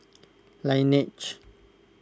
Laneige